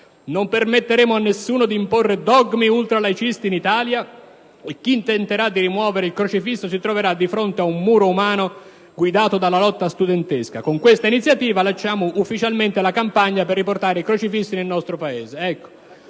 Non permetteremo a nessuno di imporre dogmi ultralaicisti in Italia e chi tenterà di rimuovere il crocefisso si troverà di fronte a un muro umano guidato dalla lotta studentesca. Con questa iniziativa lanciamo ufficialmente la campagna per riportare i crocefissi nel nostro Paese».